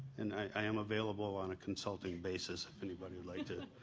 and i am available on a consulting basis if anybody would like to